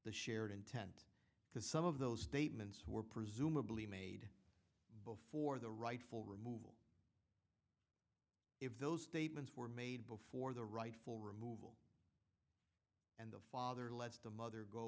the shared intent because some of those statements were presumably made before the rightful removal if those statements were made before the rightful removal and the father lets the mother go